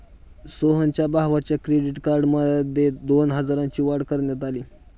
सोहनच्या भावाच्या credit card मर्यादेत दोन हजारांनी वाढ करण्यात आली